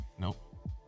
Nope